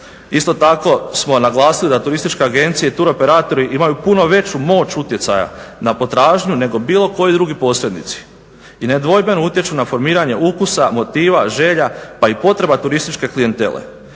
Isto tako smo naglasili da turistička agencija i turoperatori imaju puno veću moć utjecaja na potražnju nego bilo koji drugi posrednici i nedvojbeno utječu na formiranje ukusa, motiva, želja pa i potreba turističke klijentele.